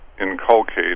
inculcate